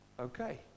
Okay